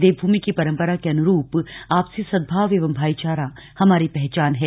देवभूमि की परम्परा के अनुरूप आपसी सद्भाव एवं भाई चारा हमारी पहचान है